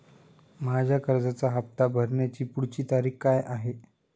माझ्या कर्जाचा हफ्ता भरण्याची पुढची तारीख काय आहे?